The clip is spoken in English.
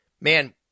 man